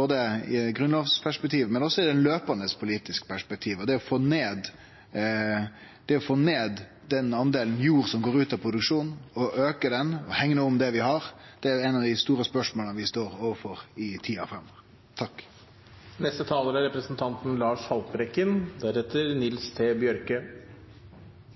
både i eit grunnlovsperspektiv og i det daglege politiske perspektivet. Å få ned den delen av jord som går ut av produksjon, auke han og hegne om det vi har, er eit av dei store spørsmåla vi står overfor i tida